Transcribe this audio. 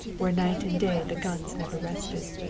where night and day the guns never rested.